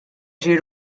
ġie